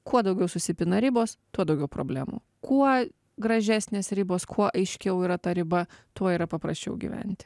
kuo daugiau susipina ribos tuo daugiau problemų kuo gražesnės ribos kuo aiškiau yra ta riba tuo yra paprasčiau gyventi